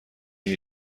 این